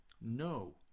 no